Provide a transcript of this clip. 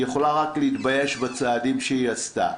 היא יכולה רק להתבייש בצעדים שהיא עשתה,